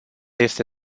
este